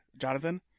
Jonathan